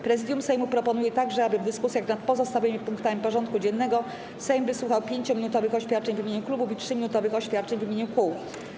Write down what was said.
Prezydium Sejmu proponuje także, aby w dyskusjach nad pozostałymi punktami porządku dziennego Sejm wysłuchał 5-minutowych oświadczeń w imieniu klubów i 3-minutowych oświadczeń w imieniu kół.